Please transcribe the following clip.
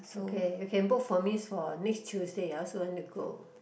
okay you can book for me for next Tuesday I also want to go